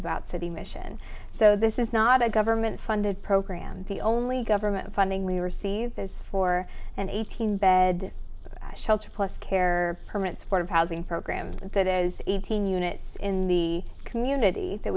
about city mission so this is not a government funded program the only government funding we received is for an eighteen bed shelter plus care permanent supportive housing program that is eighteen units in the community that